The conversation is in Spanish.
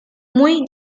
muy